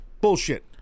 Bullshit